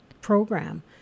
program